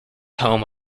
home